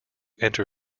enter